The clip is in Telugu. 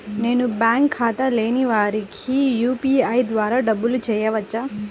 నేను బ్యాంక్ ఖాతా లేని వారికి యూ.పీ.ఐ ద్వారా డబ్బులు వేయచ్చా?